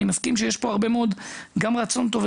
אני מסכים שיש פה הרבה מאוד רצון טוב,